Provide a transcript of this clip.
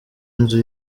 inzu